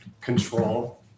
control